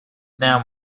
now